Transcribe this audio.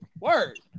word